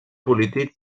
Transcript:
polític